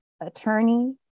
attorney